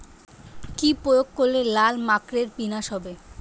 কি প্রয়োগ করলে লাল মাকড়ের বিনাশ হবে?